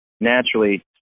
naturally